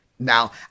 Now